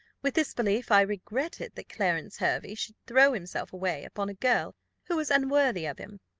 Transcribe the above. with this belief, i regretted that clarence hervey should throw himself away upon a girl who was unworthy of him.